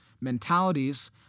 mentalities